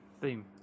boom